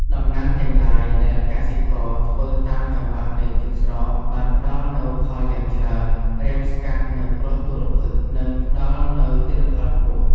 ដំណាំទាំងឡាយដែលកសិករ ធ្វើតាមចង្វាក់នៃទឹកស្រកបានផ្តល់នូវផលយ៉ាងច្រើន រាំងស្កាត់នូវគ្រោះទុរ្ភិក្ស និងផ្តល់នូវទិន្នផលខ្ពស់។